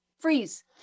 Freeze